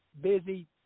busy